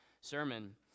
sermon